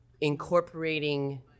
incorporating